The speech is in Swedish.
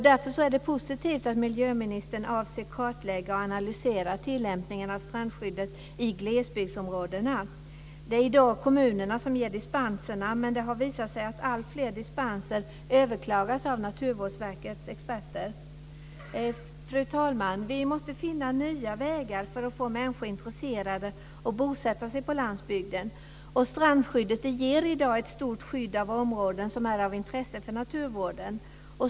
Därför är det positivt att miljöministern avser att kartlägga och analysera tillämpningen av strandskyddet i glesbygdsområdena. Det är i dag kommunerna som ger dispenserna. Men det har visat sig att alltfler dispenser överklagas av Naturvårdsverkets experter. Fru talman! Vi måste finna nya vägar för att få människor intresserade att bosätta sig på landsbygden. Strandskyddet ger i dag ett stort skydd av områden som är av intresse för naturvården.